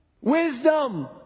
Wisdom